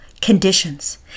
conditions